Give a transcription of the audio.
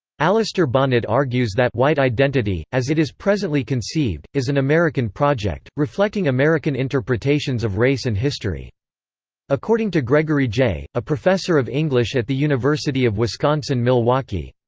alastair bonnett argues that white identity, as it is presently conceived, is an american project, reflecting american interpretations of race and history according to gregory jay, a professor of english at the university of wisconsin-milwaukee,